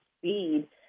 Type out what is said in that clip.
speed